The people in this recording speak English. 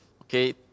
Okay